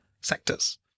sectors